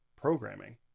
programming